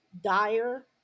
dire